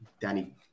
Danny